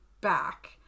back